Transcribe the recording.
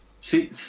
See